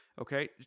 Okay